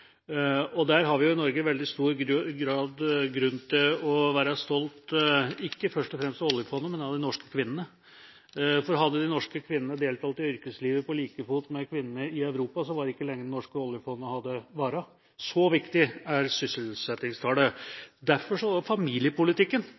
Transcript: Og der har vi i Norge i veldig stor grad grunn til å være stolte, ikke først og fremst av oljefondet, men av de norske kvinnene. For hadde de norske kvinnene deltatt i yrkeslivet på like fot med kvinnene i Europa, hadde ikke det norske oljefondet vart lenge. Så viktig er